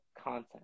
content